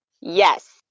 Yes